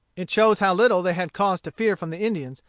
it shows how little they had cause to fear from the indians,